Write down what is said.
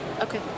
Okay